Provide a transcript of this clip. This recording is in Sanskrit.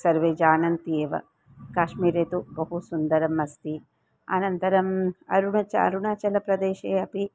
सर्वे जानन्ति एव काश्मीरे तु बहु सुन्दरम् अस्ति अनन्तरम् अरुणचलम् अरुणाचलप्रदेशे अपि